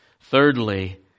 Thirdly